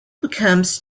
becomes